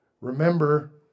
Remember